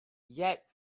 yet